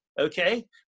okay